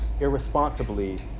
irresponsibly